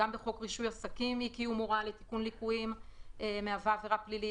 גם בחוק רישוי עסקים אי קיום תיקון ליקויים מהווה עבירה פלילית.